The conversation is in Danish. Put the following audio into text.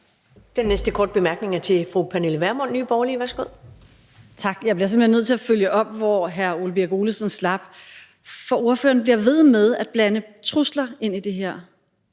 Den næste korte bemærkning er til fru Pernille Vermund, Nye Borgerlige. Værsgo. Kl. 10:55 Pernille Vermund (NB): Tak. Jeg bliver simpelt hen nødt til at følge op, hvor hr. Ole Birk Olesen slap, for ordføreren bliver ved med at blande trusler ind i det her,